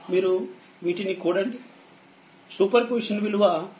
మీరు వీటిని కూడండి సూపర్ పొజిషన్ విలువ8